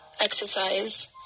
exercise